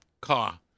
car